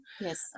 Yes